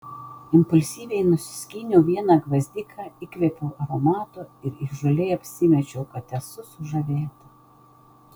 impulsyviai nusiskyniau vieną gvazdiką įkvėpiau aromato ir įžūliai apsimečiau kad esu sužavėta